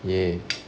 ya